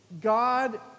God